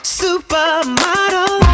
supermodel